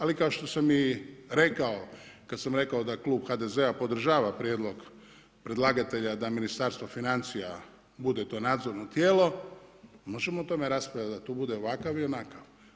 Ali kao što sam i rekao kad sam rekao da klub HDZ-a podržava prijedlog predlagatelja da Ministarstvo financija bude to nadzorno tijelo možemo o tome raspravljati da to bude ovakav i onakav.